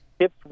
tips